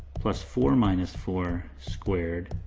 plus four minus four squared,